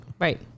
right